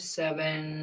seven